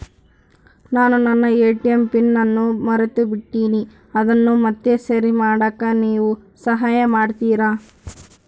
ನಾನು ನನ್ನ ATM PIN ಅನ್ನು ಮರೆತುಬಿಟ್ಟೇನಿ ಅದನ್ನು ಮತ್ತೆ ಸರಿ ಮಾಡಾಕ ನೇವು ಸಹಾಯ ಮಾಡ್ತಿರಾ?